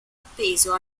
appeso